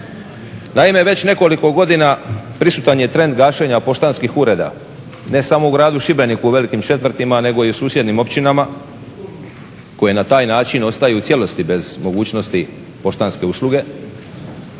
Naime, već nekoliko godina prisutan je trend gašenja poštanskih ureda, ne samo u gradu Šibeniku u velikim četvrtima nego i u susjednim općinama koje na taj način ostaju u cijelosti bez mogućnosti poštanske usluge.